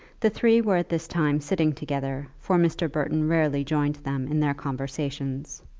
the three were at this time sitting together, for mr. burton rarely joined them in their conversation.